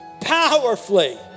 powerfully